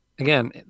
again